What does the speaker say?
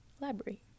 Library